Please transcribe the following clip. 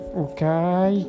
okay